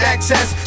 access